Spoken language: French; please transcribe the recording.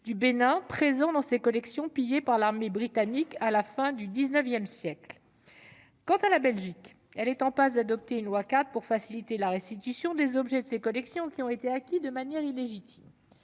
du Bénin, présents dans ses collections et pillés par l'armée britannique à la fin du XIX siècle. Quant à la Belgique, elle est en passe d'adopter une loi-cadre pour faciliter la restitution des objets de ses collections qui ont été acquis de manière illégitime.